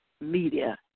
media